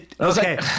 Okay